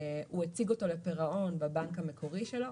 הוא הציג אותו לפירעון בבנק המקורי שלו,